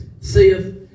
saith